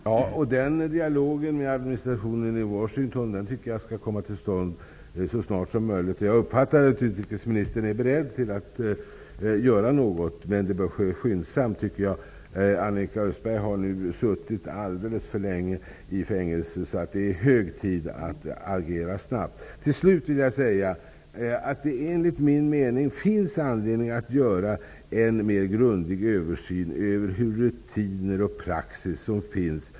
Herr talman! Den dialogen med administrationen i Washington tycker jag skall komma till stånd så snart som möjligt. Jag uppfattar att utrikesministern är beredd att göra något, men jag tycker att det bör ske skyndsamt. Annika Östberg har suttit alldeles för länge i fängelse. Det är hög tid att agera snabbt. Det finns enligt min mening anledning att göra en mer grundlig översyn av rutiner och praxis.